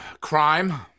Crime